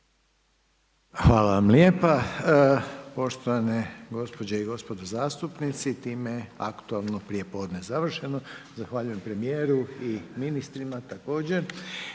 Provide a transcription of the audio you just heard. Hvala vam lijepa. Poštovane gospođe i gospodo zastupnici time je aktualno prijepodne završeno. Zahvaljujem premijeru i ministrima